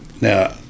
Now